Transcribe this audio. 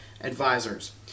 Advisors